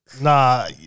Nah